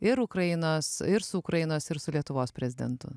ir ukrainos ir su ukrainos ir su lietuvos prezidentu